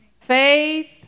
faith